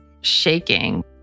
shaking